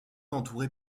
entouré